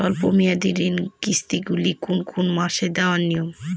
স্বল্প মেয়াদি ঋণের কিস্তি গুলি কোন কোন মাসে দেওয়া নিয়ম?